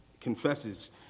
confesses